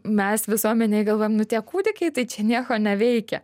mes visuomenėj galvojam nu tie kūdikiai tai čia nieko neveikia